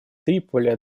триполи